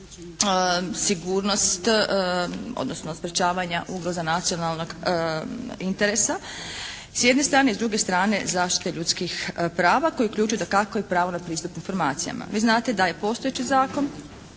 sigurnost odnosno sprečavanja ugroza nacionalnog interesa s jedne strane. I s druge strane zaštite ljudskih prava koji uključuju dakako i pravo na pristup informacijama. Vi znate da je postojeći zakon,